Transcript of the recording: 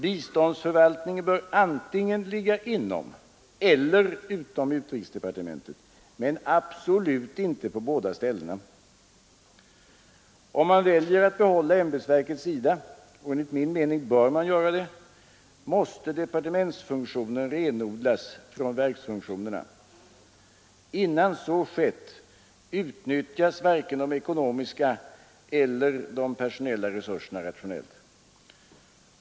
Biståndsförvaltningen bör antingen ligga inom eller utom utrikesdepartementet men absolut inte på båda ställena. Om man väljer att behålla ämbetsverket SIDA — och enligt min mening bör man göra det — måste departementsfunktionen renodlas från verksfunktionerna. Innan så skett utnyttjas varken de ekonomiska eller de personella resurserna rationellt.